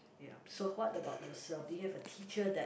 ya so what about yourself do you have a teacher that